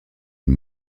une